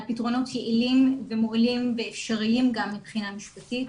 על פתרונות יעילים ומועילים ואפשריים גם מבחינה משפטית,